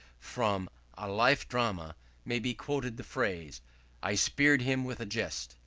from a life drama may be quoted the phrase i spear'd him with a jest,